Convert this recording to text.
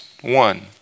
One